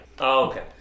Okay